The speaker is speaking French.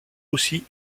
aussi